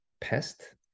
pest